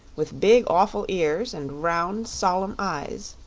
with big, awful ears and round, solemn eyes.